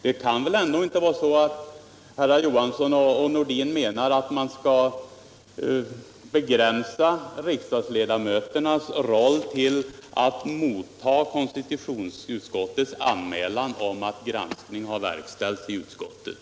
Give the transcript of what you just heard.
Herrar Johansson i Trollhättan och Nordin kan väl ändå inte mena att man skall begränsa riksdagsledamöternas roll till att vara mottagare av KU:s anmälan om atut granskning har verkställts i utskottet?